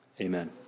Amen